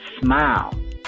smile